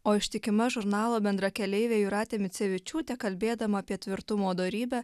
o ištikima žurnalo bendrakeleivė jūratė micevičiūtė kalbėdama apie tvirtumo dorybę